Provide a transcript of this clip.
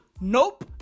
nope